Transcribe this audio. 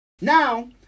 Now